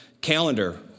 calendar